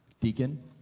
Deacon